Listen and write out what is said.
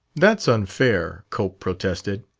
that's unfair, cope protested.